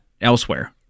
elsewhere